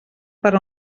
per